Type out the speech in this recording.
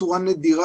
בצורה נדירה,